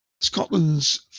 Scotland's